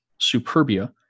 Superbia